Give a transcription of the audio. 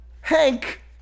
Hank